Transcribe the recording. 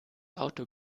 auto